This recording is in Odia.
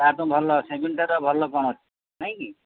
ତାଠୁ ଭଲ ଭଲ କଣ ଅଛି ନାହିଁ କି